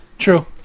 true